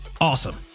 awesome